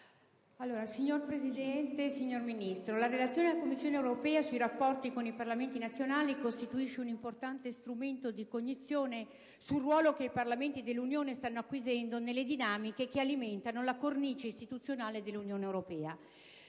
Signora Presidente, signor Ministro, la Relazione della Commissione europea sui rapporti con i Parlamenti nazionali costituisce un importante strumento di cognizione sul ruolo che i parlamenti dell'Unione stanno acquisendo nelle dinamiche che alimentano la cornice istituzionale dell'Unione europea.